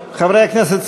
חברי הכנסת,